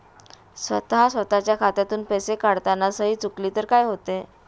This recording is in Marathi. स्वतः स्वतःच्या खात्यातून पैसे काढताना सही चुकली तर काय होते?